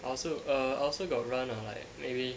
I also err I also got run uh like maybe